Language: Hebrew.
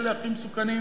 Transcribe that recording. אלה הכי מסוכנים.